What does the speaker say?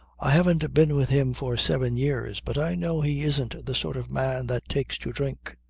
i haven't been with him for seven years, but i know he isn't the sort of man that takes to drink.